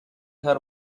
her